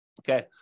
Okay